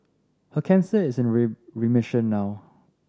her cancer is remission now